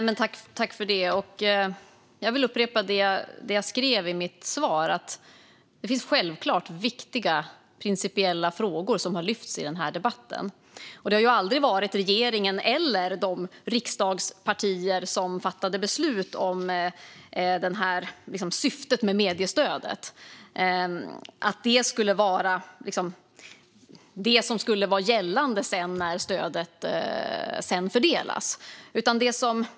Fru talman! Jag vill upprepa det jag sa i mitt svar: Det finns självklart viktiga principiella frågor som har lyfts upp i denna debatt. Syftet med mediestödet, från regeringen och de riksdagspartier som fattade beslut om det, har aldrig varit att detta ska vara gällande när stödet sedan fördelas.